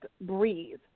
breathe